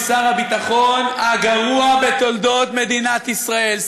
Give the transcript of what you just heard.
שר הביטחון הגרוע בתולדות מדינת ישראל,